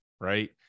right